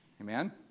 Amen